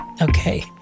Okay